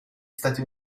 stati